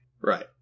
Right